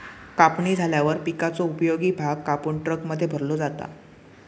कापणी झाल्यावर पिकाचो उपयोगी भाग कापून ट्रकमध्ये भरलो जाता